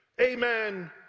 amen